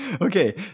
Okay